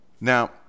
now